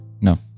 No